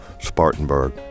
Spartanburg